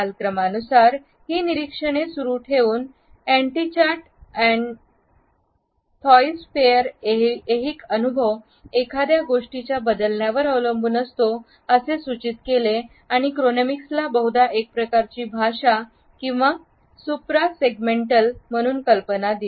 कालक्रमानुसार ही निरीक्षणे सुरू ठेवून अँडी चाट आणि थाईज फेफर ऐहिक अनुभव एखाद्या गोष्टीच्या बदलण्यावर अवलंबून असतो असे सूचित केले आणि क्रोनोइमिक्सला बहुधा एक प्रकारची भाषा किंवा सुप्रा सेगमेंटल म्हणून कल्पना दिले